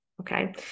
okay